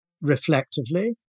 reflectively